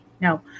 no